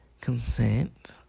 consent